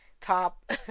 top